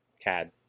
Cad